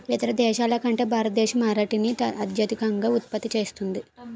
ఇతర దేశాల కంటే భారతదేశం అరటిని అత్యధికంగా ఉత్పత్తి చేస్తుంది